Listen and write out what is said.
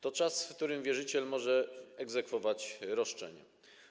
To czas, w którym wierzyciel może egzekwować roszczenie.